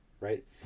right